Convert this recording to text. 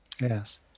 Yes